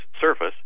surface